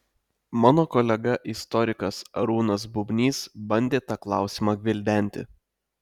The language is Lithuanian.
mano kolega istorikas arūnas bubnys bandė tą klausimą gvildenti